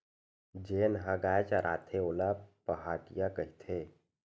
जेन ह गाय चराथे ओला पहाटिया कहिथे